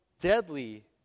deadly